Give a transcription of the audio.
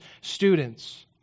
students